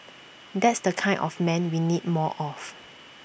that's the kind of man we need more of